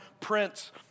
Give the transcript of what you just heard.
prince